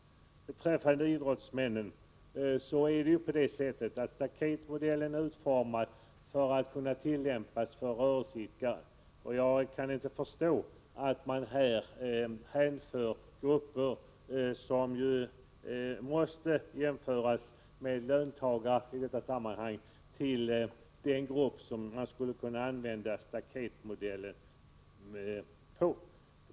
Beträffande idrottsmännen vill jag framhålla att staketmodellen är utformad för att kunna tillämpas för rörelseidkare. Jag kan inte förstå att sådana som i detta sammanhang måste jämföras med löntagare hänförs till den grupp vid vilken man skulle kunna använda staketmodellen.